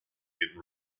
getting